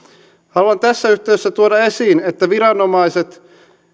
haluan tässä yhteydessä tuoda esiin että viranomaiset